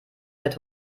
fährt